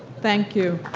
thank you.